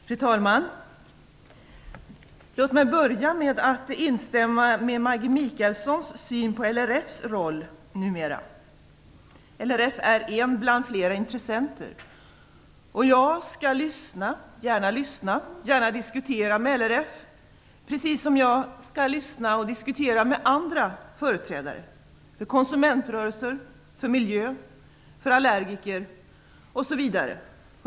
Fru talman! Låt mig börja med att instämma i är en bland flera intressenter. Jag skall gärna lyssna och diskutera med LRF, precis som jag skall lyssna och diskutera med andra företrädare - för konsumentrörelser, för miljön, för allergiker osv.